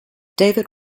david